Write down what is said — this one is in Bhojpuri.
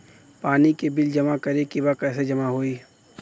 पानी के बिल जमा करे के बा कैसे जमा होई?